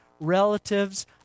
relatives